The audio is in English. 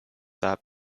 that